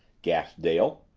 gasped dale.